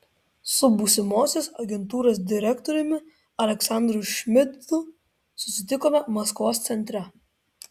su būsimosios agentūros direktoriumi aleksandru šmidtu susitikome maskvos centre